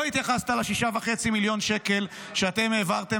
לא התייחסת ל-6.5 מיליון שקלים שאתם העברתם